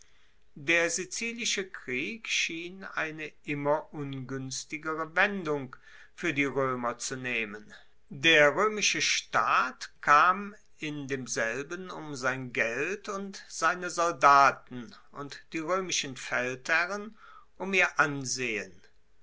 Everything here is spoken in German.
der sizilische krieg schien eine immer unguenstigere wendung fuer die roemer zu nehmen der roemische staat kam in demselben um sein geld und seine soldaten und die roemischen feldherren um ihr ansehen